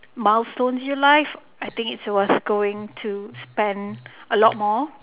milestones in your life I think it's worth going to spend a lot more